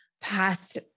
past